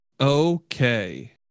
Okay